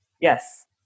Yes